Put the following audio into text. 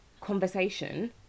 conversation